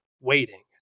waiting